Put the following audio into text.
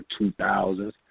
2000s